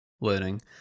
learning